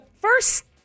first